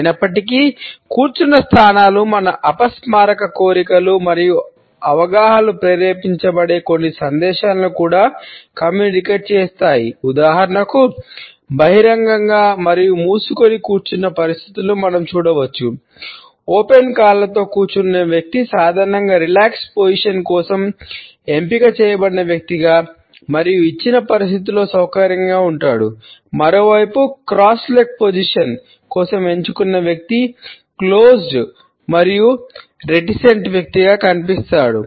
అయినప్పటికీ కూర్చున్న స్థానాలు మన అపస్మారక వ్యక్తిగా కనిపిస్తాడు